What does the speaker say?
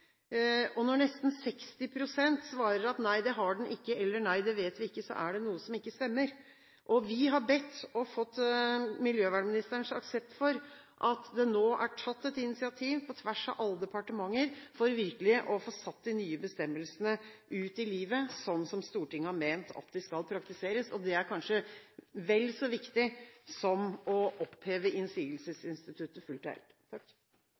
Når nesten 60 pst. svarer: nei, det har den ikke, eller nei, det vet vi ikke, er det noe som ikke stemmer. Vi har bedt om, og fått, miljøvernministerens aksept for at det nå er tatt et initiativ på tvers av alle departementer for virkelig å få satt de nye bestemmelsene ut i livet sånn som Stortinget har ment at de skal praktiseres. Det er kanskje vel så viktig som å oppheve innsigelsesinstituttet fullt